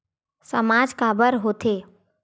सामाज काबर हो थे?